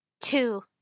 Two